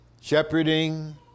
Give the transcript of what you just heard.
shepherding